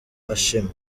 ashima